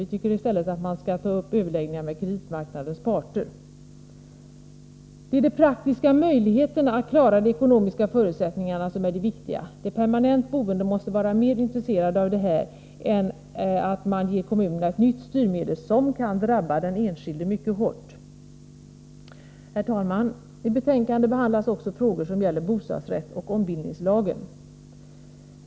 Vi tycker i stället att man skall ta upp överläggning med kreditmarknadens parter. Det är de praktiska möjligheterna att klara de ekonomiska förutsättningarna som är det viktiga. De permanent boende måste vara mer intresserade av detta än att man ger kommunerna ett nytt styrmedel, som kan drabba den enskilde mycket hårt. Herr talman! I betänkandet behandlas också frågor som gäller bostadsrätt och ombildningslagen.